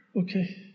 Okay